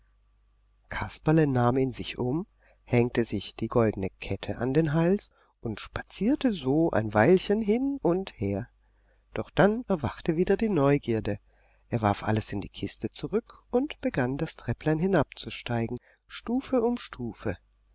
kasperle nahm ihn sich um hängte sich die goldene kette an den hals und spazierte so ein weilchen hin und her doch dann erwachte wieder die neugierde er warf alles in die kiste zurück und begann das trepplein hinabzusteigen stufe um stufe